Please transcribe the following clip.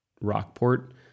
Rockport